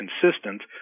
consistent